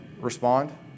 respond